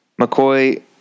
McCoy